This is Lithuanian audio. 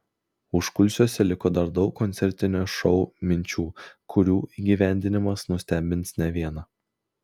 užkulisiuose liko dar daug koncertinio šou minčių kurių įgyvendinimas nustebins ne vieną